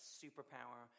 superpower